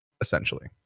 essentially